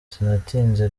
sinatinze